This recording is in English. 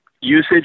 usage